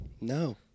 no